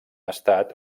estat